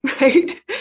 right